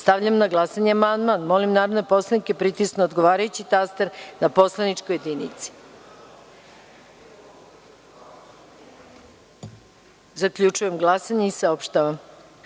Vučković. Stavljam na glasanje amandman. Molim narodne poslanike da pritisnu odgovarajući taster na poslaničkoj jedinici. Zaključujem glasanje i saopštavam: